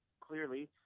clearly